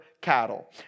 cattle